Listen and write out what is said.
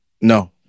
No